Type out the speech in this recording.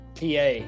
PA